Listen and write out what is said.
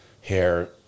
Hair